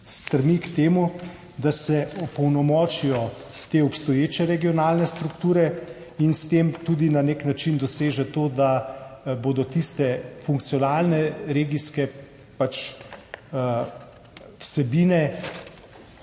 stremi k temu, da se opolnomočijo te obstoječe regionalne strukture, in s tem tudi na nek način doseže to, da bodo tiste funkcionalne regijske vsebine